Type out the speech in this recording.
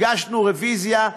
הגשנו רוויזיה,